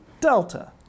delta